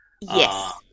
yes